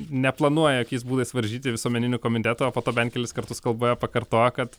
neplanuoja jokiais būdais varžyti visuomeninių komitetų o po to bent kelis kartus kalboje pakartojo kad